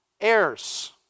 heirs